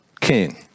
king